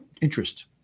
interest